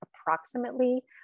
approximately